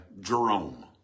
Jerome